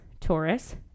Taurus